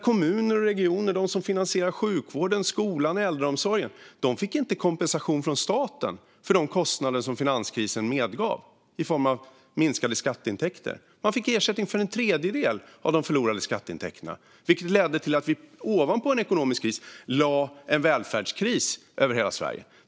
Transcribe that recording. Kommuner och regioner - de som finansierar sjukvården, skolan och äldreomsorgen - fick inte kompensation från staten för de kostnader som finanskrisen medförde i form av minskade skatteintäkter. De fick ersättning för en tredjedel av de förlorade skatteintäkterna, vilket ledde till att man ovanpå en ekonomisk kris lade en välfärdskris över hela Sverige.